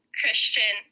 christian